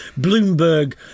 Bloomberg